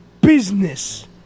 business